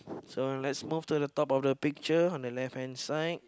so let's move to the top of the picture on the left hand side